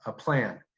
ah plan,